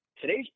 today's